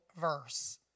verse